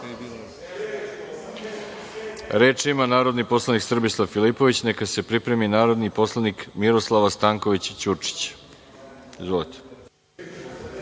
još. Reč ima narodni poslanik Srbislav Filipović, a neka se prijavi narodni poslanik Miroslava Stanković Ćurčić. Izvolite.